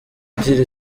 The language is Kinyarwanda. ugira